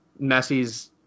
Messi's